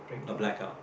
a black out